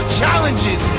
challenges